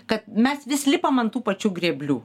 kad mes vis lipame ant tų pačių grėblių